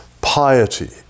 piety